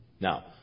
Now